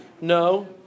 No